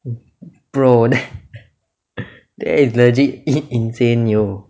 bro that is legit insane yo